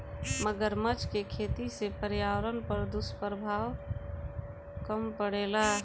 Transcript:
मगरमच्छ के खेती से पर्यावरण पर दुष्प्रभाव कम पड़ेला